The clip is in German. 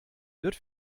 wird